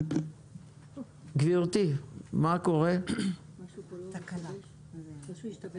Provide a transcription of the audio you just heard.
מודל משנה בתוך דירה ברת השגה